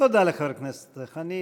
תודה לחבר הכנסת חנין.